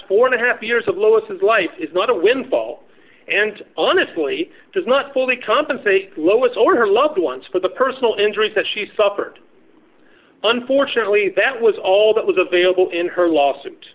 four and a half years of lois's life is not a windfall and honestly does not fully compensate lois or her loved ones for the personal injuries that she suffered unfortunately that was all that was available in her lawsuit